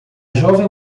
jovem